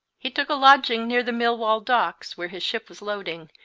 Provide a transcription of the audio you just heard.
he took a lodging near the millwall docks, where his ship was loading,